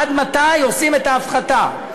עד מתי עושים את ההפחתה,